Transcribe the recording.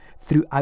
throughout